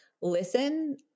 listen